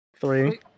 Three